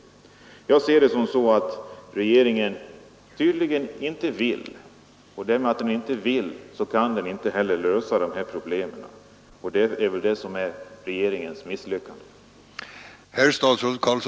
Jag ser det så, att regeringen tydligen inte vill — och därigenom inte heller kan — lösa de här problemen. Detta visar att regeringen har misslyckats.